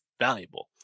valuable